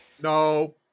no